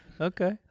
okay